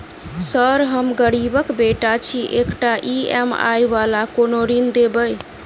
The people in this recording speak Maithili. सर हम गरीबक बेटा छी एकटा ई.एम.आई वला कोनो ऋण देबै?